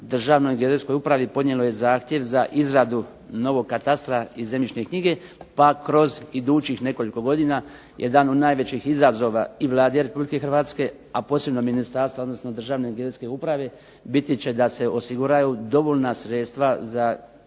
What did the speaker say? Državnoj geodetskoj upravi podnijelo je zahtjev za izradu novog katastra i zemljišne knjige, pa kroz idućih nekoliko godina jedan od najvećih izazova i Vlade Republike Hrvatske, a posebno ministarstva, odnosno Državne geodetske uprave, biti će da se osiguraju dovoljna sredstva za,